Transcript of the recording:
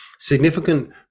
significant